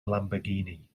lamborghini